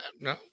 No